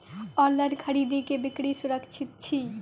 online खरीदै बिक्री सुरक्षित छी